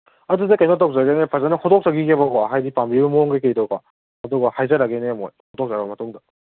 ꯑꯗꯨꯗ ꯀꯩꯅꯣ ꯇꯧꯖꯒꯦꯅꯦ ꯐꯖꯅ ꯍꯣꯇꯣꯛꯆꯒꯤꯒꯦꯕꯀꯣ ꯍꯥꯏꯗꯤ ꯄꯥꯝꯕꯤꯔꯤꯕ ꯃꯑꯣꯡ ꯀꯔꯤ ꯀꯔꯤꯗꯣꯀꯣ ꯑꯗꯨꯒ ꯍꯥꯏꯖꯔꯒꯦꯅꯦ ꯑꯃꯨꯛ ꯍꯣꯇꯣꯛꯆꯔ ꯃꯇꯨꯡꯗ